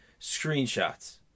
Screenshots